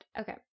Okay